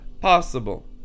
possible